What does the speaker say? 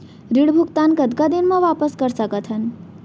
ऋण भुगतान कतका दिन म वापस कर सकथन?